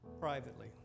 Privately